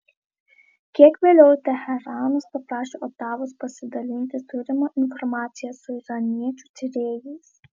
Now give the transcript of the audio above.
kiek vėliau teheranas paprašė otavos pasidalinti turima informacija su iraniečių tyrėjais